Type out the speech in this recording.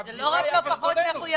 זה לא רק לא פחות מחויבים,